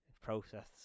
process